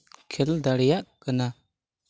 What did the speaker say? ᱠᱷᱮᱹᱞ ᱫᱟᱲᱮᱭᱟᱜ ᱠᱟᱱᱟ